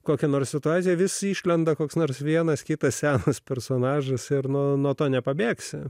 kokia nors situacija vis išlenda koks nors vienas kitas senas personažas ir nuo to nepabėgsi